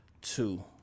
two